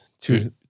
Two